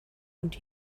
und